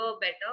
better